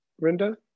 Rinda